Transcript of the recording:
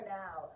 now